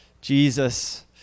jesus